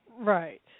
Right